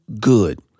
good